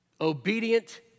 obedient